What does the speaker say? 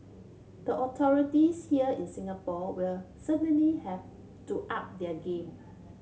the authorities here in Singapore will certainly have to up their game